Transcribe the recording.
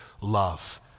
love